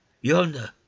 yonder